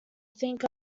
think